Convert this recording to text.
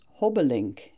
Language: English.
Hobbelink